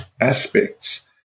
aspects